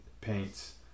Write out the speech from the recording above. paints